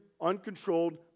uncontrolled